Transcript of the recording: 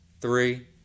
Three